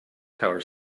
tower